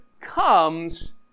comes